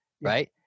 right